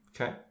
Okay